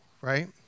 right